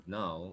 now